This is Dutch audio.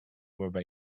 waarbij